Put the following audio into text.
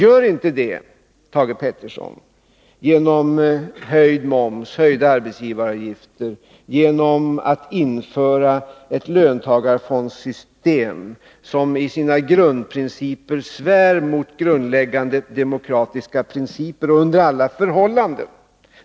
Det åstadkommer man inte, Thage Peterson, genom höjd moms, höjda arbetsgivaravgifter eller införande av ett löntagarfondssystem som i sina grundprinciper svär mot grundläggande demokratiska principer under alla förhållanden.